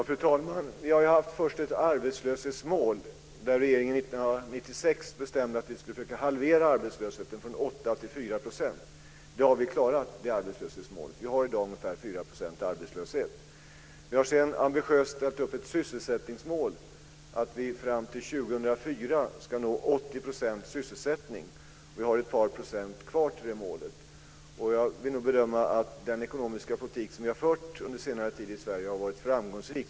Fru talman! Vi hade ju först ett arbetslöshetsmål. Regeringen bestämde 1996 att vi skulle försöka halvera arbetslösheten från 8 till 4 %. Det har vi klarat. Vi har i dag ungefär 4 % arbetslöshet. Vi har sedan ambitiöst ställt upp ett sysselsättningsmål, dvs. att vi fram till 2004 ska nå 80 % sysselsättning. Vi har ett par procent kvar till det målet. Jag vill nog bedöma att den ekonomiska politik som vi har fört under senare tid i Sverige har varit framgångsrik.